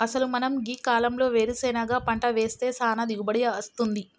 అసలు మనం గీ కాలంలో వేరుసెనగ పంట వేస్తే సానా దిగుబడి అస్తుంది